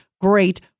great